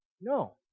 No